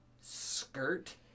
skirt